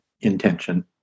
intention